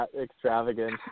extravagant